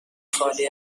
خالی